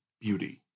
beauty